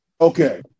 Okay